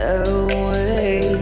away